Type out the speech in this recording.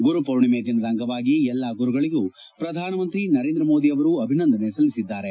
ಗುರು ಪೂರ್ಣಿಮೆ ದಿನದ ಅಂಗವಾಗಿ ಎಲ್ಲಾ ಗುರುಗಳಗೂ ಪ್ರಧಾನಮಂತ್ರಿ ನರೇಂದ್ರ ಮೋದಿ ಅಭಿನಂದನೆ ಸಲ್ಲಿಸಿದ್ದಾರೆ